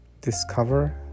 discover